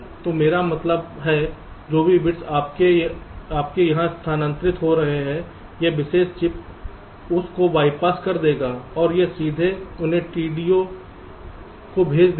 तो मेरा मतलब है जो भी बिट्स आपके यहां स्थानांतरित हो रहे हैं यह विशेष चिप उस को बाईपास कर देगा और यह सीधे उन्हें TDO को भेज देगा